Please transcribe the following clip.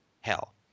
hell